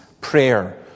prayer